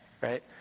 Right